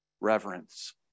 reverence